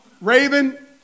Raven